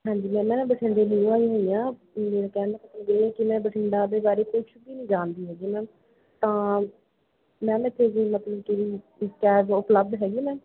ਹਾਂਜੀ ਮੈਂ ਨਾ ਬਠਿੰਡੇ ਨਿਊ ਹੋਈ ਅਤੇ ਕਹਿ ਲਓ ਕਿ ਮੈਂ ਬਠਿੰਡਾ ਦੇ ਬਾਰੇ ਕੁਛ ਵੀ ਨਹੀਂ ਜਾਣਦੀ ਹੈਗੀ ਮੈਮ ਤਾਂ ਮੈਂ ਨਾ ਇੱਥੇ ਵੀ ਮਤਲਬ ਕਿ ਉਪਲੱਬਧ ਹੈਗੇ ਨੇ